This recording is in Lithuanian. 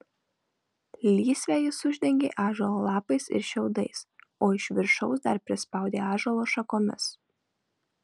lysvę jis uždengė ąžuolo lapais ir šiaudais o iš viršaus dar prispaudė ąžuolo šakomis